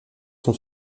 son